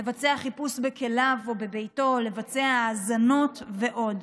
לבצע חיפוש בכליו או בביתו או לבצע האזנות ועוד.